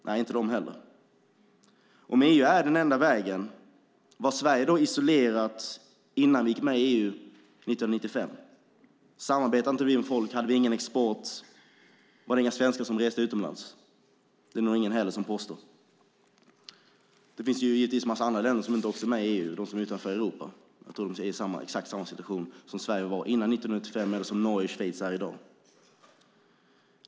Nej, inte heller Schweiz är det. Om EU är den enda vägen - var Sverige då isolerat innan vi gick med i EU 1995? Samarbetade inte vi med folk, hade vi ingen export och var det inga svenskar som reste utomlands? Det är det nog inte heller någon som påstår. Det finns givetvis en massa andra länder som inte heller är med i EU - de som ligger utanför Europa. De är i exakt samma situation som Sverige var i före 1995 och som Norge och Schweiz i dag är i.